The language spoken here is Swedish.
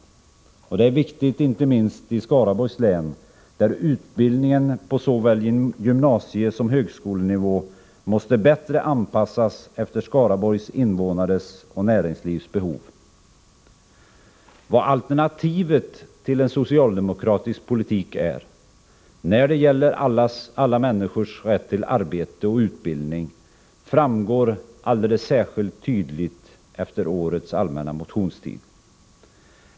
Det är viktigt inte minst i Skaraborgs län, där utbildningen på såväl gymnasiesom högskolenivå bättre måste anpassas efter Skaraborgs invånares och näringslivs behov. Vad alternativet till en socialdemokratisk politik är när det gäller alla människors rätt till arbete och utbildning framgår alldeles särskilt tydligt efter årets allmänna motionstid.